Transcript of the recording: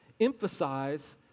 emphasize